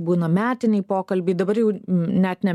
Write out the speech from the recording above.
būna metiniai pokalbiai dabar jau net ne